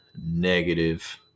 negative